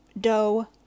dough